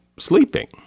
sleeping